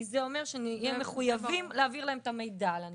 כי זה אומר שנהיה מחויבים להעביר להן את המידע על הנפגעות.